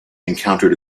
encountered